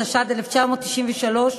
התשנ"ג 1993,